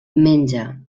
menja